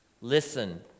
Listen